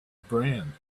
brain